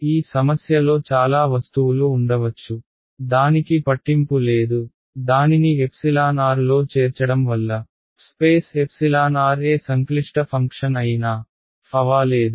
ఈ సమస్యలో చాలా వస్తువులు ఉండవచ్చు దానికి పట్టింపు లేదు దానిని εr లో చేర్చడం వల్ల స్పేస్ εr ఏ సంక్లిష్ట ఫంక్షన్ అయినా ఫరవాలేదు